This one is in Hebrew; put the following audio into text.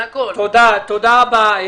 תודה רבה.